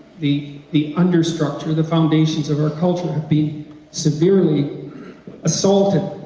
the the understructure, the foundations of our culture have been severely assaulted,